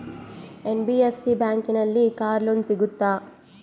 NBFC ಬ್ಯಾಂಕಿನಲ್ಲಿ car loan ಸಿಗುತ್ತಾ?